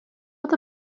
with